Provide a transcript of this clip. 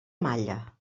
malla